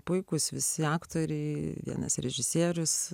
puikūs visi aktoriai vienas režisierius